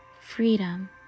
freedom